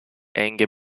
enge